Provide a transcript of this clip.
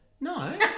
No